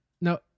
No